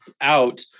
out